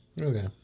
Okay